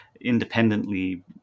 independently